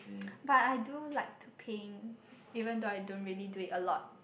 but I do like to paint even though I don't really do it a lot